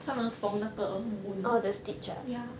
他们缝那个 wound ya